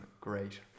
great